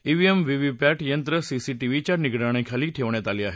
EVM VVPAT यंत्र सीसीटीव्हीच्या निगराणीखाली ठेवला आहेत